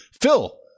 Phil